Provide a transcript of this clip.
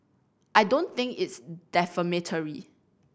I don't think it's defamatory